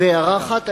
הערה אחת.